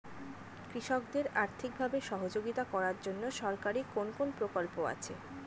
কৃষকদের আর্থিকভাবে সহযোগিতা করার জন্য সরকারি কোন কোন প্রকল্প আছে?